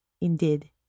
Indeed